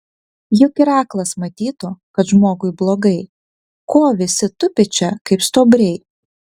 juk ir aklas matytų kad žmogui blogai ko visi tupi čia kaip stuobriai